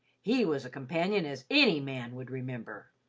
he was a companion as any man would remember.